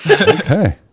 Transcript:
Okay